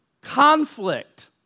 conflict